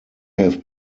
have